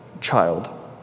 child